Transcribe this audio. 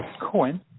coin